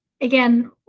again